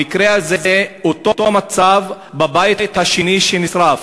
המקרה הזה, אותו מצב היה בבית השני שנשרף.